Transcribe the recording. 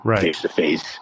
face-to-face